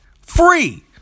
Free